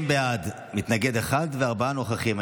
20 בעד, מתנגד אחד וארבעה נוכחים.